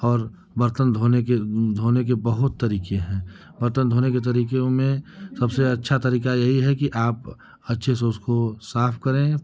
और बर्तन धोने के धोने के बहुत तरीके हैं बर्तन धोने के तरीकों में सबसे अच्छा तरीका यही है कि आप अच्छे से उसको साफ करें